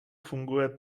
funguje